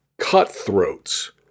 Cutthroats